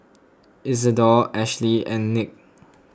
Isidore Ashlea and Nick